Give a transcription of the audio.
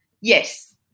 Yes